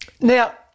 Now